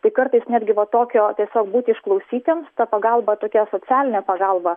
tai kartais netgi va tokio tiesiog būti išklausytiem ta pagalba tokia socialinė pagalba